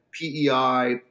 PEI